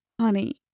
Honey